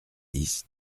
dix